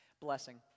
blessing